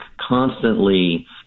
constantly